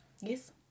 Yes